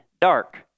dark